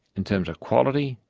in terms of quality,